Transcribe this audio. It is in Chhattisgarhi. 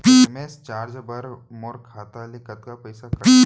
एस.एम.एस चार्ज बर मोर खाता ले कतका पइसा कटथे?